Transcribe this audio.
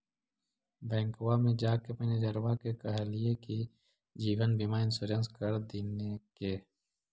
बैंकवा मे जाके मैनेजरवा के कहलिऐ कि जिवनबिमा इंश्योरेंस कर दिन ने?